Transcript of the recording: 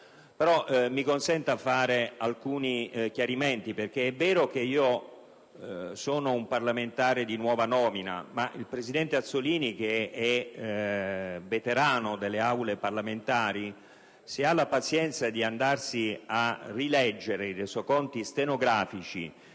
con alcuni chiarimenti. È vero che sono un parlamentare di nuova nomina, ma il presidente Azzollini, che è veterano delle aule parlamentari, se ha la pazienza di andare a rileggere i Resoconti stenografi